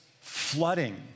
flooding